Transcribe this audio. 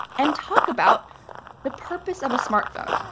and talk about the purpose of a smartphone.